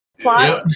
Plot